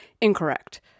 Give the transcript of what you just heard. incorrect